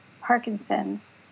Parkinson's